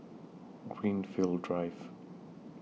Greenfield Drive